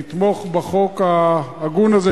לתמוך בחוק ההגון הזה,